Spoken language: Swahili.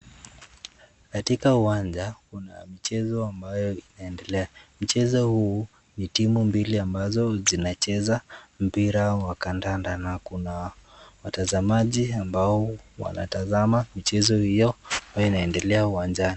Katika uwanja, kuna michezo ambayo inaendelea, mchezo huu ni timu mbili ambazo zinacheza mpira wa kadanda, na kuna watazamaji ambao wanatazama michezo hio ambayo inaendelea uwanjani.